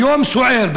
ביום סוער,